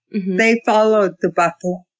they followed the buffalo.